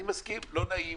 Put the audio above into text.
אני מסכים, לא נעים,